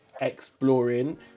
exploring